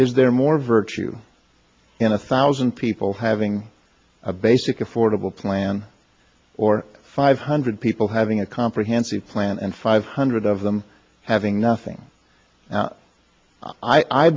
is there more virtue in a thousand people having a basic affordable plan or five hundred people having a comprehensive plan and five hundred of them having nothing i